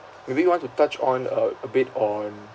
maybe you want to touch on a a bit on